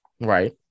Right